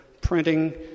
printing